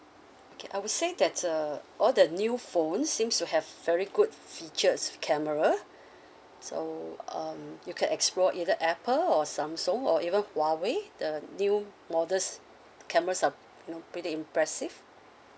okay I would say that's uh all the new phone seems to have very good features camera so um you can explore either Apple or Samsung or even Huawei the new models cameras are you know pretty impressive